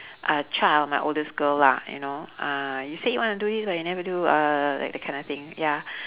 uh child my oldest girl lah you know uh you say you want to do this but you never do uh that that kind of thing ya